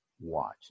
Watch